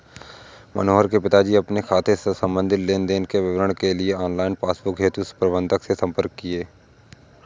मनोहर के पिताजी अपने खाते से संबंधित लेन देन का विवरण के लिए ऑनलाइन पासबुक हेतु प्रबंधक से संपर्क किए